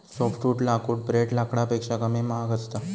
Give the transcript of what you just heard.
softwood लाकूड ब्रेड लाकडापेक्षा कमी महाग असता